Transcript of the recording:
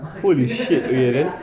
holy shit okay and then